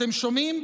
אתם שומעים?